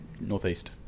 northeast